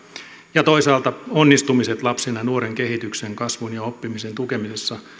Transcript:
ja toisaalta onnistumiset lapsen ja nuoren kehityksen kasvun ja oppimisen tukemisessa